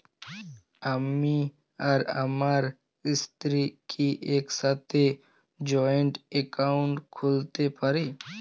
আমি আর আমার স্ত্রী কি একসাথে জয়েন্ট অ্যাকাউন্ট খুলতে পারি?